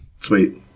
Sweet